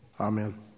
Amen